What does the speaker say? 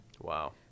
Wow